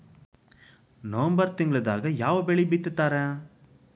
November ತಿಂಗಳದಾಗ ಯಾವ ಬೆಳಿ ಬಿತ್ತತಾರ?